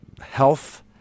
health